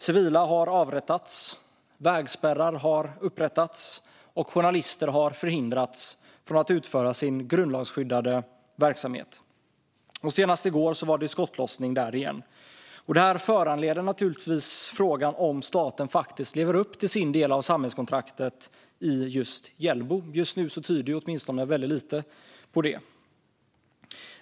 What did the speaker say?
Civila har avrättats, vägspärrar har upprättats och journalister har förhindrats att utföra sin grundlagsskyddade verksamhet. Senast i går var det skottlossning där igen. Det här föranleder naturligtvis frågan om staten faktiskt lever upp till sin del av samhällskontraktet i Hjällbo. Just nu tyder åtminstone väldigt lite på det.